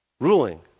Ruling